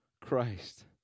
Christ